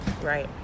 Right